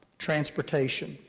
transportation,